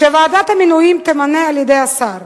שוועדת המינויים תמונה על-ידי השר.